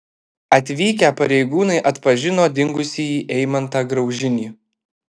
atvykę pareigūnai atpažino dingusįjį eimantą graužinį